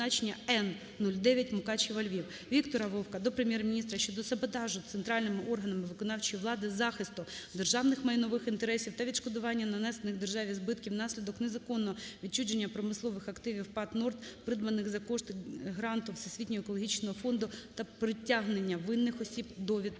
Віктора Вовка до Прем'єр-міністра щодо саботажу центральними органами виконавчої влади захисту державних майнових інтересів та відшкодування нанесених державі збитків внаслідок незаконного відчуження промислових активів ПАТ "Норд", придбаних за кошти гранту Всесвітнього екологічного фонду, та притягнення винних осіб до відповідальності.